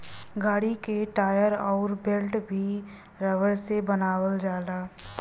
गाड़ी क टायर अउर बेल्ट भी रबर से बनावल जाला